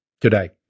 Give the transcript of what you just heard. today